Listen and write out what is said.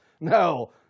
No